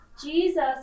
Jesus